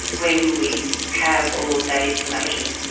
when we have all of that information,